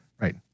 Right